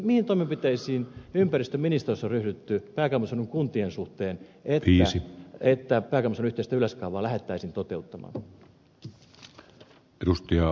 mihin toimenpiteisiin ympäristöministeriössä on ryhdytty pääkaupunkiseudun kuntien suhteen että pääkaupunkiseudun yhteistä yleiskaavaa lähdettäisiin toteuttamaan